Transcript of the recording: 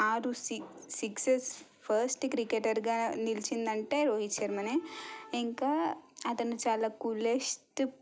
ఆరు six sixes first క్రికెటర్గా నిలిచిందంటే రోహిత్ శర్మనే ఇంకా అతను చాలా కూలెస్ట్